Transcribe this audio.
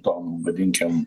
tom vadinkim